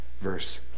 verse